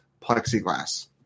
plexiglass